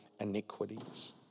iniquities